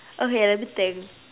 okay let me think